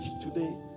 today